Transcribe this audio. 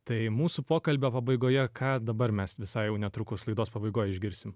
tai mūsų pokalbio pabaigoje ką dabar mes visai jau netrukus laidos pabaigoj išgirsim